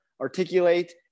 articulate